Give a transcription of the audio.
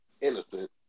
innocent